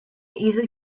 easily